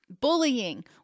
bullying